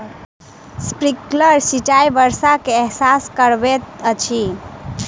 sprinkler सिचाई वर्षा के एहसास करबैत अछि